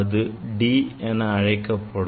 அது D என்று அழைக்கப்படும்